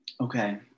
Okay